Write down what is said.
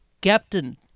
Captain